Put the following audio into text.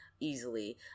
easily